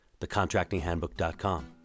thecontractinghandbook.com